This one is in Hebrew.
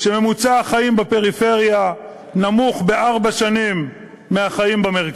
שממוצע החיים בפריפריה נמוך בארבע שנים מבמרכז,